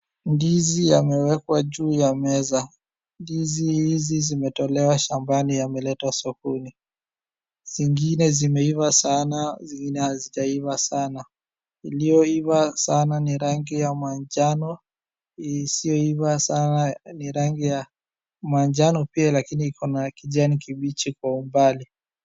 Ndizi yamewekwa juu ya meza ,ndizi hizi zimetolewa shambani. Yameletwa sokoni zingine zimeiva sana zingine hazijaiva sana, iliyoiva sana ni rangi ya manjano isiyoiva sana ni rangi ya manjano pia lakini ikona kijani kibichi kwa umbali .